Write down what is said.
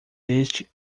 desde